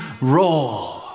roll